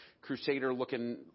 crusader-looking